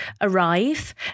arrive